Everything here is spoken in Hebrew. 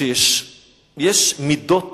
שיש מידות